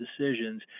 decisions